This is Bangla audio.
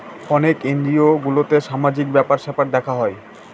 অনেক এনজিও গুলোতে সামাজিক ব্যাপার স্যাপার দেখা হয়